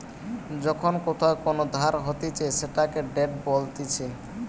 যখন কোথাও কোন ধার হতিছে সেটাকে ডেট বলতিছে